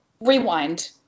Rewind